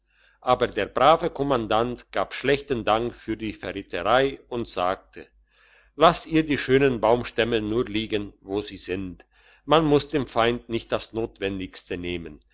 aber der brave kommandant gab schlechten dank für die verräterei und sagte lasst ihr die schönen baustämme nur liegen wo sie sind man muss dem feind nicht sein notwendigstes nehmen